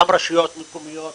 גם ברשויות מקומיות